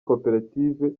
koperative